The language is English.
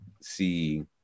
see